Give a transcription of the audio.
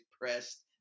pressed